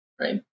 right